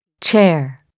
Chair